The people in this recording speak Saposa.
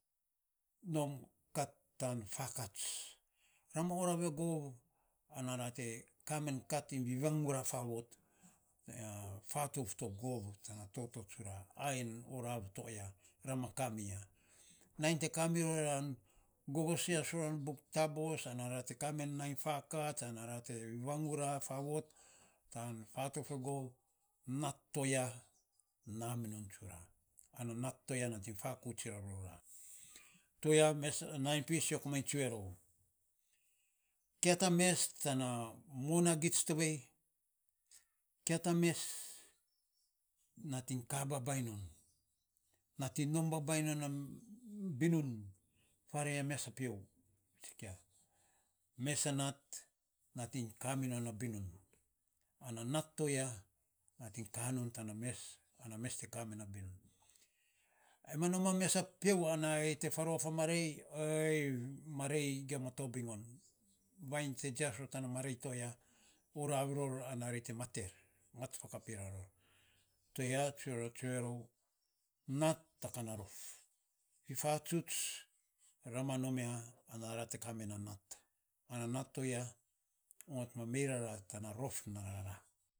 Nom kat tan fakats ra ma orav egov ana rate ka men kat iny vivogura favot fatouf to gov ta na toto tsura, ai hei nan orav to aya, nainyte ka mi ro ra gogosias ro ran buk taboos ana ra te ka men nainy. Fakats ana rate vivagura favot tan fatouf e gov, nat to ya na mi non tsura ana nat tiya nating fakouts varora, to ya mes ar nainy pis nyo komainy tsuerou, kia ta mes ta na monagits to vei. Kia ta mes nating kababamy non, nating nom babainy non na binun farei a mes a piou tsika mes a nat, nating kaminon a bunin ana nat toya nating ka non ta na mes ana mes te ka me na binun, ai ma nom ames a piou ai te faruaf a marei, marei, gima tobiny on, vainy te tsias ror ta na marei to ya orauv rornana ri te mat er, mat fa kap ovei ror, toya sa nyo tsue rou nat a ka na rof, to ya sa ra tsue ror nat a ka na rof.